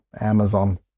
amazon